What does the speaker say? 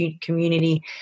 community